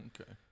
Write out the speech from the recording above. okay